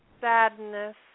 sadness